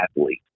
athlete